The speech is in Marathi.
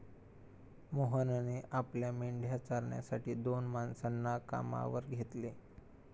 मोहनने आपल्या मेंढ्या चारण्यासाठी दोन माणसांना कामावर घेतले